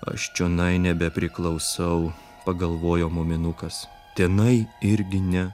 aš čionai nebepriklausau pagalvojo muminukas tenai irgi ne